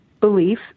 belief